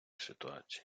ситуації